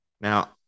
Now